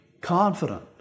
confident